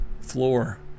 floor